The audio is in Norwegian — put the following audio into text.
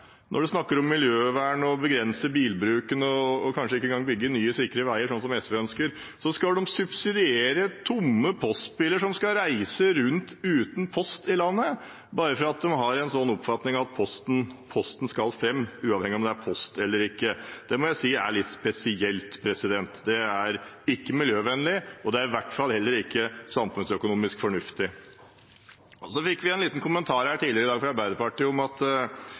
når man snakker om miljøvern og å begrense bilbruken – og kanskje ikke engang vil bygge nye og sikre veier, slik SV ønsker – at de skal subsidiere tomme postbiler som skal reise rundt uten post i landet, bare fordi de har en sånn oppfatning at posten skal fram, uavhengig av om det er post eller ikke. Det må jeg si er litt spesielt. Det er ikke miljøvennlig, og det er i hvert fall ikke samfunnsøkonomisk fornuftig. Så fikk vi en liten kommentar her tidligere i dag fra Arbeiderpartiet om at